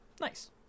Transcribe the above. nice